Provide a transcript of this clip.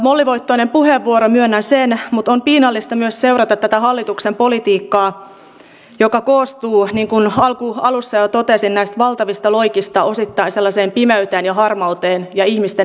mollivoittoinen puheenvuoro myönnän sen mutta on myös piinallista seurata tätä hallituksen politiikkaa joka koostuu niin kuin alussa jo totesin näistä valtavista loikista osittain sellaiseen pimeyteen ja harmauteen ja ihmisten epätoivoon